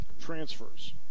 transfers